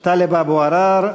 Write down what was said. טלב אבו עראר: